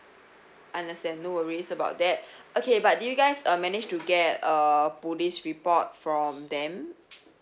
understand no worries about that okay but did you guys uh managed to get a police report from them